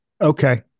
Okay